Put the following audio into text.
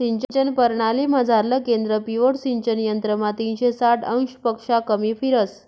सिंचन परणालीमझारलं केंद्र पिव्होट सिंचन यंत्रमा तीनशे साठ अंशपक्शा कमी फिरस